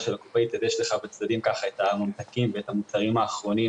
של הקופאית יש לך בצדדים את הממתקים והמוצרים האחרונים